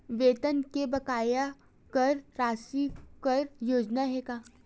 वेतन के बकाया कर राशि कर योग्य हे का?